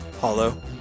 Hollow